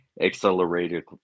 accelerated